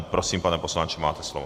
Prosím, pane poslanče, máte slovo.